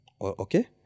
Okay